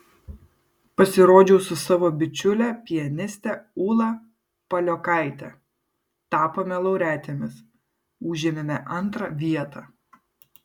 pasirodžiau su savo bičiule pianiste ūla paliokaite tapome laureatėmis užėmėme antrą vietą